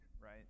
right